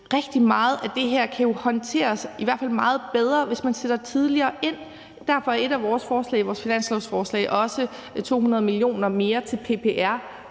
rigtig meget af det her kan håndteres, i hvert fald meget bedre, hvis man sætter tidligere ind. Derfor er et af vores forslag i vores finanslovsforslag også 200 mio. kr. mere til PPR.